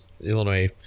Illinois